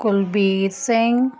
Kulbir Singh